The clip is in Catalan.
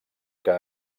que